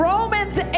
Romans